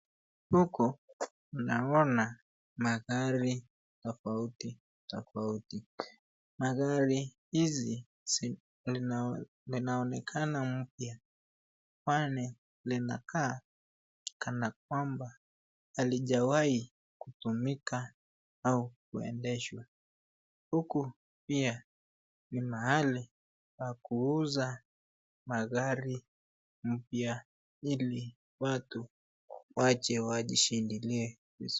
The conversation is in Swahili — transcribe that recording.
Huku naona magari tofauti tofauti. Magari hizi linaonekana mpya kwani linakaa kana kwamba haijawahi kutumika au kuendeshwa. Huku pia ni mahali pa kuuza magari mpya ili watu waje wajishindilie hizo.